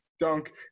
dunk